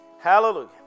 Hallelujah